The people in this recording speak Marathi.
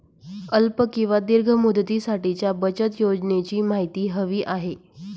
अल्प किंवा दीर्घ मुदतीसाठीच्या बचत योजनेची माहिती हवी आहे